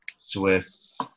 Swiss